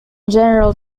general